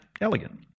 elegant